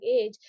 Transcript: age